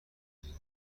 دهیم